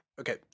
Okay